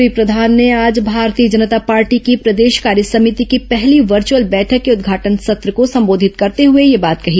श्री प्रधान ने आज भारतीय जनता पार्टी की प्रदेश कार्यसभिति की पहली वर्चुअल बैठक के उद्घाटन सत्र को संबोधित करते हुए यह बात कही